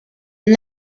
and